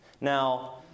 Now